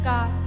God